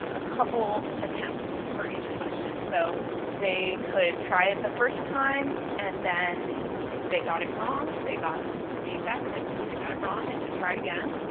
and a couple attempts for each question. so they they could try it the first time and then if they got it wrong they got feedback that they got it wrong and to try again.